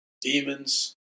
demons